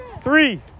three